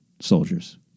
soldiers